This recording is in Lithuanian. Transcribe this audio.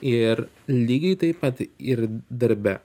ir lygiai taip pat ir darbe